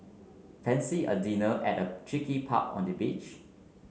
fancy a dinner at a cheeky pub on the beach